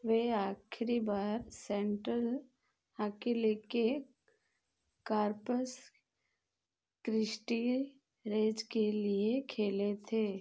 वे आख़िरी बार central hockey league के कॉर्पस क्रिस्टी रेज के लिए खेले थे